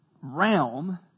realm